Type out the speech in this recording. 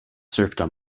serfdom